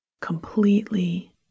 completely